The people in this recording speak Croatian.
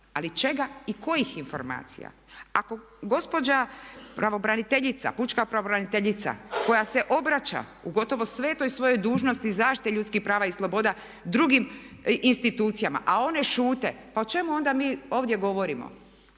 ali čega i kojih informacija? Ako gospođa pravobraniteljica koja se obraća u gotovo svetoj svojoj dužnosti zaštite ljudskih prava i sloboda drugim institucijama, a one šute pa o čemu onda mi ovdje govorimo?